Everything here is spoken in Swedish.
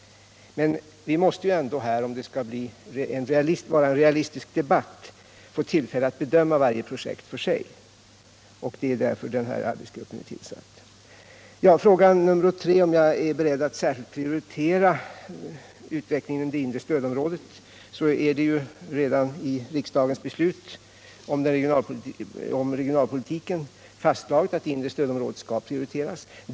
Men vi måste ändå få tillfälle att bedöma varje projekt för sig. Det är därför arbetsgruppen har tillsatts. Den tredje frågan var om jag är beredd att särskilt prioritera utvecklingen i det inre stödområdet. Redan i riksdagens beslut om regionalpolitiken fastslogs det att det inre stödområdet skulle prioriteras.